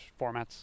formats